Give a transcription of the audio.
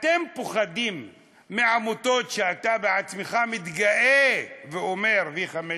אתם פוחדים מעמותות, שאתה בעצמך מתגאה ואומרV15,